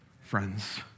friends